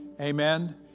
Amen